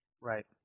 Right